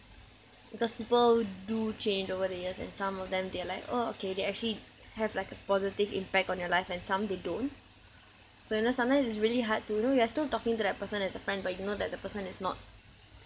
because people do change over the years and some of them they are like oh okay they actually have like a positive impact on your life and some they don't so you know sometimes it's really hard to you know you are still talking to that person as a friend but you know that the person is not